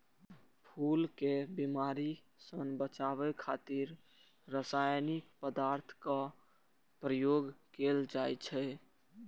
फूल कें बीमारी सं बचाबै खातिर रासायनिक पदार्थक प्रयोग कैल जाइ छै